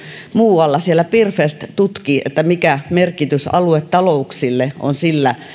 muualla siellä pirfest tutki mikä merkitys aluetalouksille on sillä